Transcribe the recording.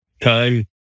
time